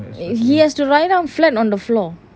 he has to lie down flat on the floor